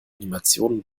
animationen